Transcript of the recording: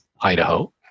Idaho